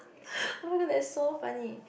oh-my-god that's so funny